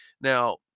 Now